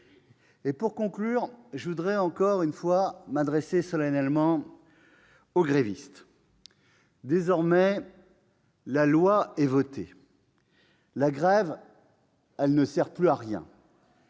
! Pour conclure, je veux encore une fois m'adresser solennellement aux grévistes. Désormais, la loi est votée, la grève ne sert plus à rien.